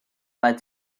led